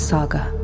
Saga